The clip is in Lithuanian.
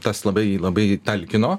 tas labai labai talkino